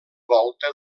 volta